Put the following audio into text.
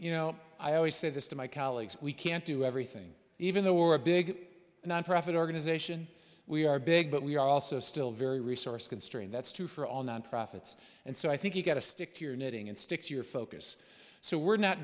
you know i always say this to my colleagues we can't do everything even though we were a big nonprofit organization we are big but we are also still very resource constrained that's true for all nonprofits and so i think you've got to stick to your knitting and stick to your focus so we're not